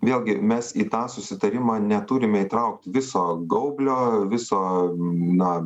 vėlgi mes į tą susitarimą neturime įtraukti viso gaublio viso na